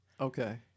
Okay